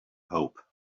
hope